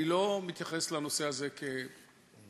אני לא מתייחס לנושא הזה כפוליטיקאי,